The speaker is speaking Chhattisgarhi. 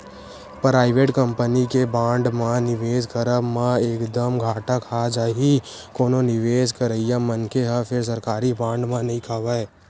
पराइवेट कंपनी के बांड म निवेस करब म एक दम घाटा खा जाही कोनो निवेस करइया मनखे ह फेर सरकारी बांड म नइ खावय